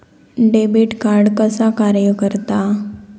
Debit card कसा कार्य करता?